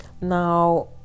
Now